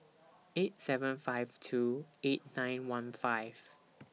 eight seven five two eight nine one five